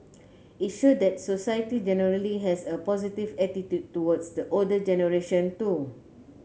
it showed that society generally has a positive attitude towards the older generation too